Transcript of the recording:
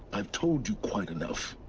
i've told you quite enough.